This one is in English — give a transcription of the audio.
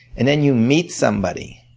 and then you meet somebody,